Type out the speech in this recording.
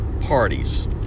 parties